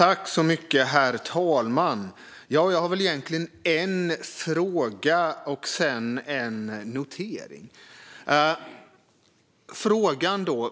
Herr talman! Jag har egentligen en fråga och sedan en notering.